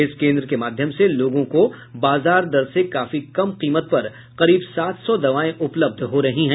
इस केन्द्र के माध्यम से लोगों को बाजार दर से काफी कम कीमत पर करीब सात सौ दवाएं उपलब्ध हो रही है